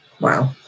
Wow